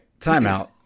timeout